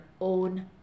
own